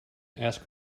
ask